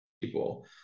people